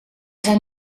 zijn